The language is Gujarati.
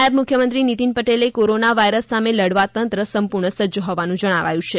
નાયબ મુખ્યમંત્રી નિતિન પટેલે કોરોના વાઇરસ સામે લડવા તંત્ર સંપૂર્ણ સજ્જ હોવાનું જણાવ્યું છે